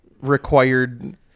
required